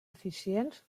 eficients